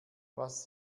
was